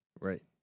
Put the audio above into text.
Right